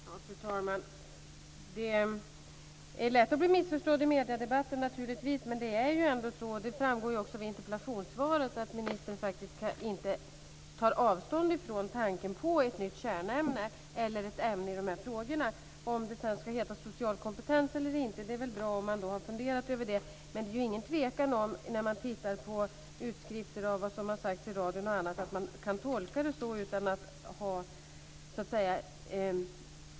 Fru talman! Det är naturligtvis lätt att bli missförstådd i mediedebatten. Men det är ju ändå så, vilket också framgår av interpellationssvaret, att ministern faktiskt inte tar avstånd från tanken på ett nytt kärnämne eller ett ämne i de här frågorna. Om det sedan ska heta social kompetens eller inte är det väl bra om man har funderat över. Men det är ju ingen tvekan om, när man tittar på utskrifter av vad som har sagts i radion och annat, att man kan tolka det så.